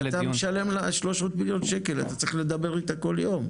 אתה משלם לה 300 מיליון אתה צריך לדבר איתה כל יום.